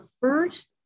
first